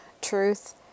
truth